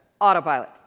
Autopilot